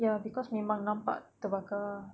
ya cause memang nampak terbakar